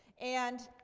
and